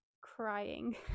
crying